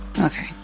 Okay